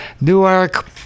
Newark